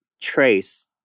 Trace